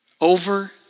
Over